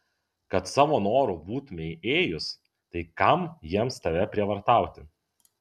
kad savo noru būtumei ėjus tai kam jiems tave prievartauti